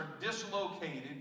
dislocated